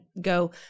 go